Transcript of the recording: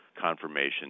confirmation